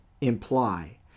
imply